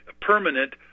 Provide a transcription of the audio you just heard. permanent